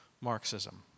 Marxism